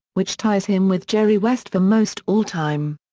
which ties him with jerry west for most all time.